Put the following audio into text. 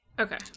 okay